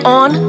on